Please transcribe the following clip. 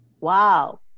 wow